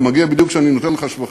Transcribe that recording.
אתה מגיע בדיוק כשאני נותן לך שבחים.